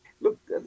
Look